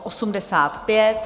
85.